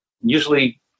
usually